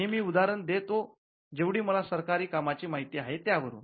हे मी उदाहरण देतो जेव्हढी मला सरकारी कामाची माहिती आहे त्यावरून